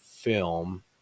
film